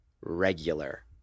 regular